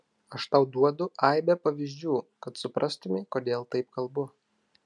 aš tau duodu aibę pavyzdžių kad suprastumei kodėl taip kalbu